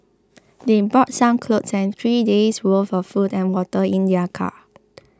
they brought some clothes and three days' worth of food and water in their car